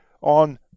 on